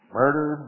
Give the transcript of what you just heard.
murder